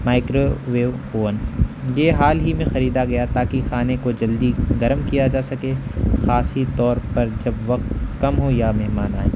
micro view oven یہ حال ہی میں خریدا گیا تاکہ کھانے کو جلدی گرم کیا جا سکے خاصی طور پر جب وقت کم ہو یا مہمان آئیں